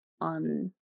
on